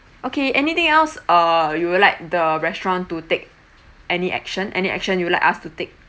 okay anything else uh you would like the restaurant to take any action any action you would like us to take